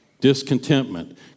discontentment